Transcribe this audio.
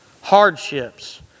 hardships